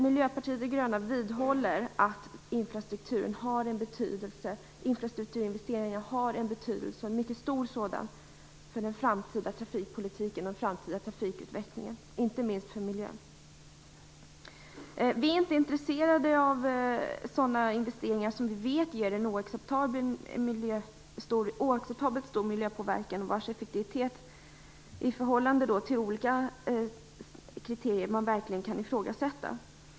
Miljöpartiet de gröna vidhåller att infrastrukturinvesteringar har en betydelse, en mycket stor sådan, för den framtida trafikpolitiken och den framtida trafikutvecklingen, inte minst för miljön. Vi är inte intresserade av sådana investeringar som vi vet ger en oacceptabelt stor miljöpåverkan och vars effektivitet i förhållande till olika kriterier man verkligen kan ifrågasätta.